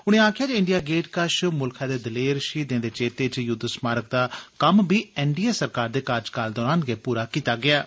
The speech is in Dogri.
उन्ने आक्खेआ जे इंडिया गेट कश मुल्खै दे दलेर शहीदें दे चेते च युद्व स्मारक दा कम्म बी एन डी ए सरकार दे कार्जकाल दौरान गै पूरा कीता गेआ ऐ